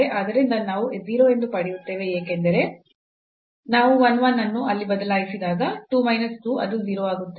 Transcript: ಆದ್ದರಿಂದ ನಾವು 0 ಎಂದು ಪಡೆಯುತ್ತೇವೆ ಏಕೆಂದರೆ ನಾವು 1 1 ಅನ್ನು ಅಲ್ಲಿ ಬದಲಾಯಿಸಿದಾಗ 2 ಮೈನಸ್ 2 ಅದು 0 ಆಗುತ್ತದೆ